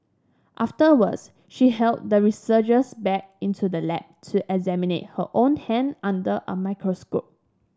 afterwards she hauled the researchers back into the lab to examine her own hand under a microscope